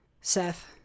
Seth